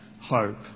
hope